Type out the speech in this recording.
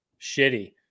shitty